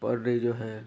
पर डे जो है